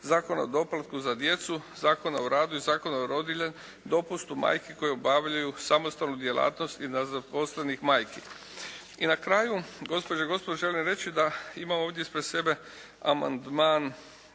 Zakona o doplatku za djecu, Zakona o radu i Zakona o rodiljama, dopustu majki koje obavljaju samostalnu djelatnost i nezaposlenih majki. I na kraju, gospođe i gospodo želim reći da imam ovdje ispred sebe amandman